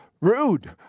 rude